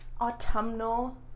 autumnal